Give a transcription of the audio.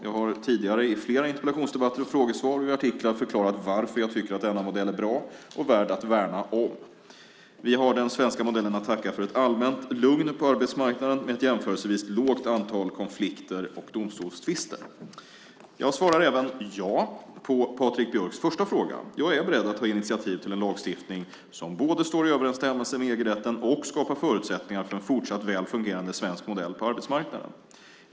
Jag har tidigare i flera interpellationsdebatter och frågesvar och i artiklar förklarat varför jag tycker att denna modell är bra och värd att värna om. Vi har den svenska modellen att tacka för ett allmänt lugn på arbetsmarknaden med ett jämförelsevis lågt antal konflikter och domstolstvister. Jag svarar ja även på Patrik Björcks första fråga. Jag är beredd att ta initiativ till en lagstiftning som både står i överensstämmelse med EG-rätten och skapar förutsättningar för en fortsatt välfungerande svensk modell på arbetsmarknaden.